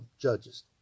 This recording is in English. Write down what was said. Judges